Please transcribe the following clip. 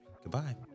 goodbye